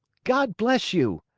god bless you!